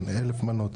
כן, 1,000 מנות.